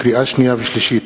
לקריאה שנייה ולקריאה שלישית,